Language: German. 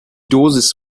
dosis